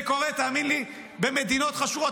זה קורה, תאמין לי, במדינות חשוכות.